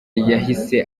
yahise